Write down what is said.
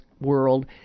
world